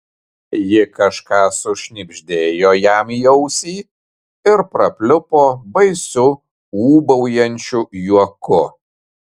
ji kažką sušnibždėjo jam į ausį ir prapliupo baisiu ūbaujančiu juoku